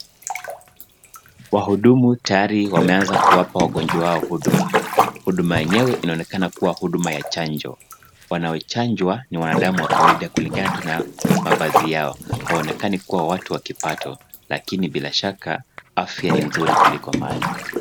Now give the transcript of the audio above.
Wahudumu tayari wameanza kuwapa wagonjwa wao huduma. Huduma yenyewe inaonekana kuwa huduma ya chanjo. Wanaochanjwa ni wanadamu wa kawaida kulingana tu na mavazi yao. Hawaonekani kuwa watu wa kipato lakini bila shaka afya ni nzuri kuliko mali.